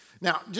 Now